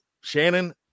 Shannon